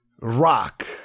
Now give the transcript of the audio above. rock